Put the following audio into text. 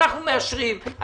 אנחנו מאשרים.